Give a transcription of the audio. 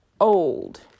old